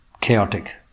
chaotic